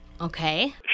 Okay